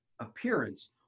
appearance